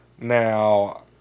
Now